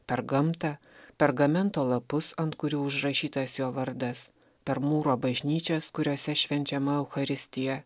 per gamtą pergamento lapus ant kurių užrašytas jo vardas per mūro bažnyčias kuriose švenčiama eucharistija